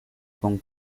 con